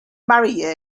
marry